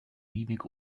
mimik